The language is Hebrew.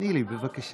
תני לי, בבקשה.